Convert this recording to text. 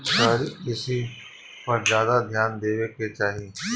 शहरी कृषि पर ज्यादा ध्यान देवे के चाही